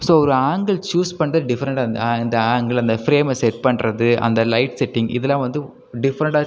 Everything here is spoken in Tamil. ஸோ அவர் ஆங்கிள் சூஸ் பண்ணுறதே டிஃப்ரெண்ட்டாக இருந்தது ஆ இந்த ஆங்கிள் அந்த ஃபிரேமை செட் பண்ணுறது அந்த லைட் செட்டிங் இதெல்லாம் வந்து டிஃப்ரெண்ட்டாக